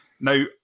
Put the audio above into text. Now